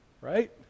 Right